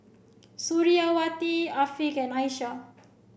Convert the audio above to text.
Suriawati Afiq can Aisyah